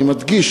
אני מדגיש,